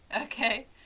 Okay